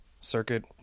circuit